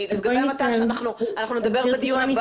אנחנו נדבר בדיון הבא.